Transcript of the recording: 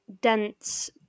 dense